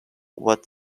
what